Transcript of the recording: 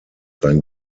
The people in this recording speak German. sein